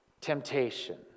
temptation